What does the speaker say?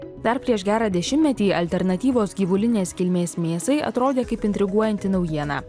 dar prieš gerą dešimtmetį alternatyvos gyvulinės kilmės mėsai atrodė kaip intriguojanti naujiena